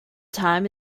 time